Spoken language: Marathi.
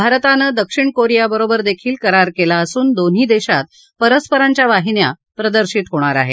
भारतानं दक्षिण कोरिया बरोबर देखील करार केला असून दोन्ही देशांत परस्परांच्या वाहिन्या प्रदर्शित होणार आहेत